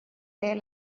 there